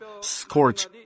scorch